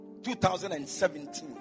2017